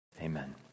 Amen